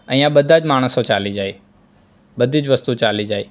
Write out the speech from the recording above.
અહીંયાં બધા જ માણસો ચાલી જાય બધી જ વસ્તુ ચાલી જાય